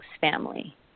family